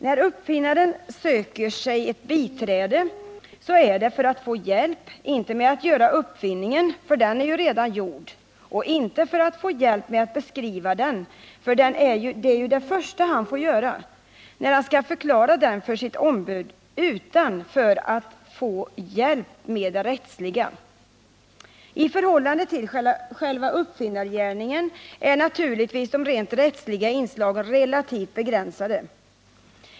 När uppfinnaren söker sig ett biträde, så är det för att få hjälp, inte med att göra uppfinningen, för den är redan gjord, och inte för att få hjälp att beskriva den, för det är ju det första han får göra när han skall förklara den för sitt ombud, utan för att få hjälp med det rättsliga. I förhållande till själva uppfinnargärningen är naturligtvis de rent rättsliga inslagen relativt begränsade.